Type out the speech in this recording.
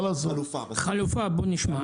חלופה, בואו נשמע.